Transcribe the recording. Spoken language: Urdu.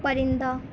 پرندہ